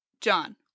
John